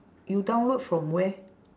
you download from where